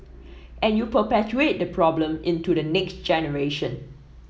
and you perpetuate the problem into the next generation